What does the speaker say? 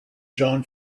john